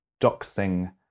doxing